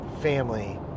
family